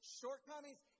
shortcomings